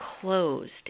closed